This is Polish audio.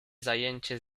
zajęcie